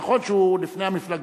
נכון שהוא הביא לפני המפלגה,